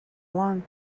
along